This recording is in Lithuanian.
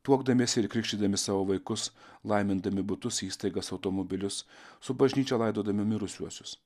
tuokdamiesi ir krikštydami savo vaikus laimindami butus įstaigas automobilius su bažnyčia laidodami mirusiuosius